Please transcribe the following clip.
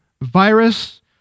virus